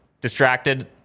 distracted